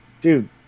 dude